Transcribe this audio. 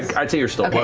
i'd say you're still,